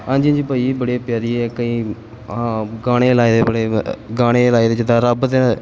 ਹਾਂਜੀ ਹਾਂਜੀ ਭਾਅ ਜੀ ਬੜੇ ਪਿਆਰੀ ਹੈ ਕਈ ਹਾਂ ਗਾਣੇ ਲਾਏ ਦੇ ਬੜੇ ਗਾਣੇ ਲਾਏ ਦੇ ਜਿੱਦਾਂ ਰੱਬ ਦੇ